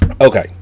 Okay